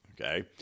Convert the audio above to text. Okay